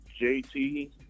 JT